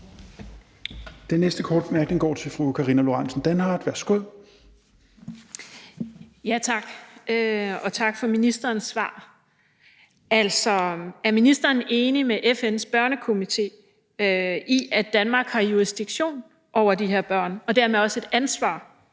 Dehnhardt. Værsgo. Kl. 21:51 Karina Lorentzen Dehnhardt (SF): Tak, og tak for ministerens svar. Er ministeren enig med FN's Børnekomité i, at Danmark har jurisdiktion over de her børn og dermed også et ansvar